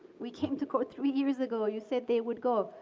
we came to court three years ago, you said they would go.